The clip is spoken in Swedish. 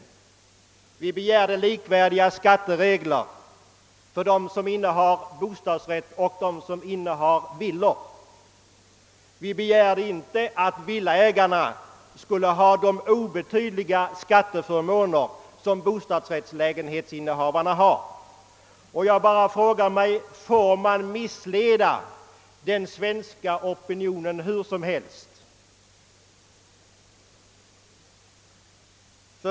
Vi begärde likvärdiga skatteregler för dem som innehar bostadsrätt och dem som innehar villor, men vi begärde inte att villaägarna skulle ha bostadsrättsinnehavarnas obetydliga skatteförmåner. Jag frågar: Får man missleda den svenska opinionen hur som helst?